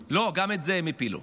לא, גם את זה הם הפילו.